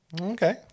Okay